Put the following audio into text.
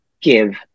give